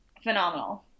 Phenomenal